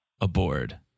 aboard